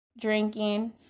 drinking